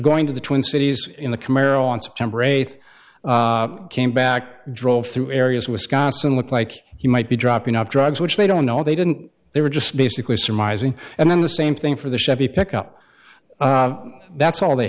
going to the twin cities in the camaro on september eighth came back drove through areas wisconsin looked like you might be dropping off drugs which they don't know they didn't they were just basically surmising and then the same thing for the chevy pickup that's all they